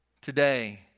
today